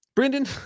Brendan